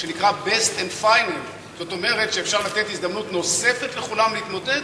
שנקרא best and find זאת אומרת שאפשר לתת הזדמנות נוספת לכולם להתמודד